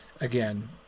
Again